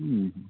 ᱦᱮᱸ ᱦᱮᱸ